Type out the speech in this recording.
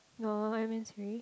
no I mean sorry